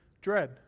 dread